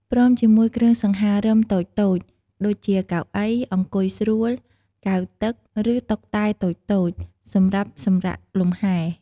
ព្រមជាមួយគ្រឿងសង្ហារឹមតូចៗ ដូចជាកៅអីអង្គុយស្រួល កែវទឹក ឬតុតែតូចៗសម្រាប់សម្រាកលំហែ។